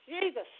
Jesus